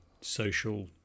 social